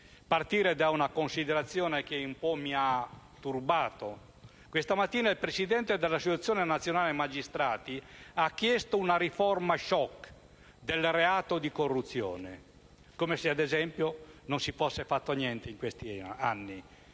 partire da una considerazione che mi ha turbato, colleghi: questa mattina il presidente dell'Associazione nazionale magistrati ha chiesto una riforma-*shock* del reato di corruzione - come se, ad esempio, non si fosse fatto niente in questi anni